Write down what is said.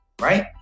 right